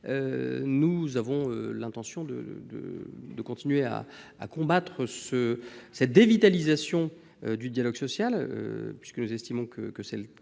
nous avons l'intention de continuer à combattre cette dévitalisation du dialogue social, puisque nous estimons que tel est